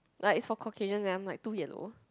like its for Caucasians and I am like too yellow